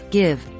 give